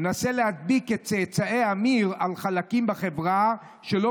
ומנסה להדביק את צאצאי עמיר על חלקים בחברה שלא